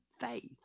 faith